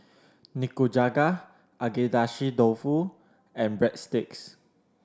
Nikujaga Agedashi Dofu and Breadsticks